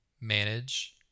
Manage